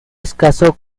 escaso